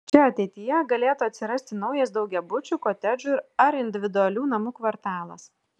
čia ateityje galėtų atsirasti naujas daugiabučių kotedžų ar individualių namų kvartalas